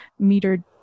metered